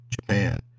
Japan